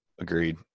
Agreed